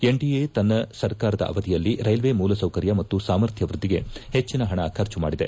NDA ತನ್ನ ಸರ್ಕಾರದ ಅವಧಿಯಲ್ಲಿ ಕೈಲ್ವೆ ಮೂಲಸೌಕರ್ಯ ಮತ್ತು ಸಾಮರ್ಥ್ಯ ವೃದ್ಧಿಗೆ ಹೆಚ್ಚಿನ ಹಣ ಖರ್ಚು ಮಾಡಿದೆ